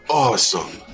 awesome